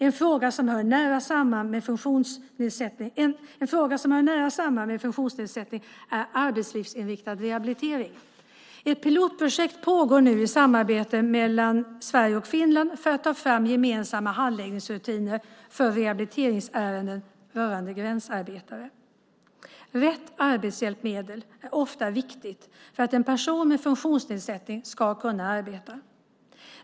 En fråga som hör nära samman med funktionsnedsättning är arbetslivsinriktad rehabilitering. Ett pilotprojekt pågår nu i samarbete mellan Sverige och Finland för att ta fram gemensamma handläggningsrutiner för rehabiliteringsärenden rörande gränsarbetare. Rätt arbetshjälpmedel är ofta viktigt för att en person med funktionsnedsättning ska kunna arbeta.